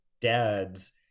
dads